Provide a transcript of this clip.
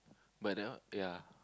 but that one ya